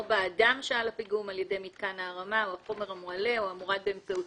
באדם שעל הפיגום על ידי מתקן ההרמה או החומר המועלה או המורד באמצעותו".